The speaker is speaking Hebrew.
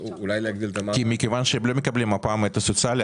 נכון, מכיוון שהם לא מקבלים הפעם את הסוציאלי.